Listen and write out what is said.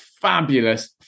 fabulous